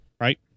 right